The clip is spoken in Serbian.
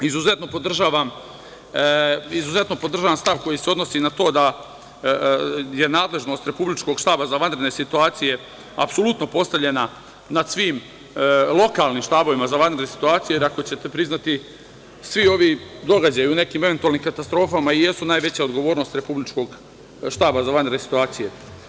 Izuzetno podržavam stav koji se odnosi na to da je nadležnost Republičkog štaba za vanredne situacije, apsolutno postavljena nad svim lokalnim štabovima za vanredne situacije, jer kao ćete priznati, svi ovi događaji u nekim eventualnim katastrofama i jesu najveća odgovornost Republičkog štaba za vanredne situacije.